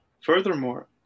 Furthermore